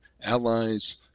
allies